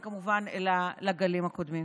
כמובן, אלא בגלים הקודמים.